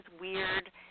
weird